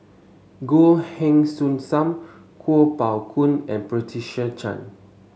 Goh Heng Soon Sam Kuo Pao Kun and Patricia Chan